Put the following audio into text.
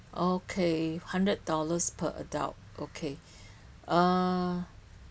okay hundred dollars per adult okay uh